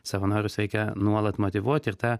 savanorius reikia nuolat motyvuoti ir ta